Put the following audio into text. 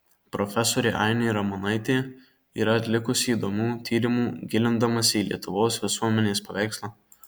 profesorė ainė ramonaitė yra atlikusi įdomių tyrimų gilindamasi į lietuvos visuomenės paveikslą